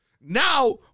now